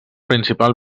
principal